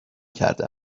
کرده